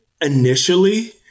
initially